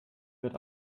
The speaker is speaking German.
wird